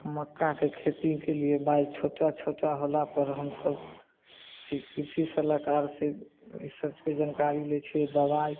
मक्काके खेती केलिए बाइल छोटा छोटा होलापर हमसभ कृषि सलाहकारसँ एहि सबके जानकारी लै छिए दवाइ